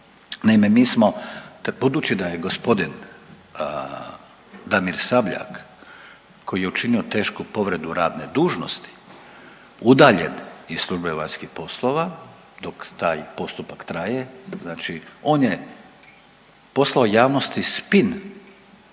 smo budući da je g. Damir Sabljak koji je učinio tešku povredu radne dužnosti udaljen iz službe vanjskih poslova dok taj postupak traje, znači on je poslao javnosti spin,